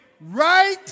right